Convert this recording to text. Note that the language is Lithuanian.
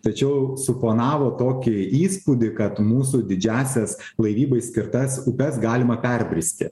tačiau suponavo kokį įspūdį kad mūsų didžiąsias laivybai skirtas upes galima perbristi